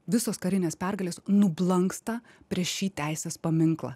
visos karinės pergalės nublanksta prieš šį teisės paminklą